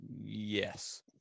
Yes